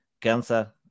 cancer